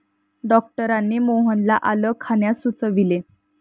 डॉक्टरांनी मोहनला आलं खाण्यास सुचविले